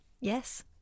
yes